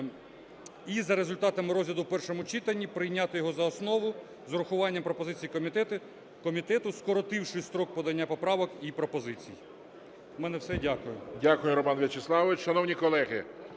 і за результатами розгляду в першому читанні прийняти його за основу з урахуванням пропозицій комітету, скоротивши строк подання поправок і пропозицій. У мене все. Дякую.